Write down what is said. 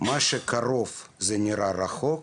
מה שקרוב נראה רחוק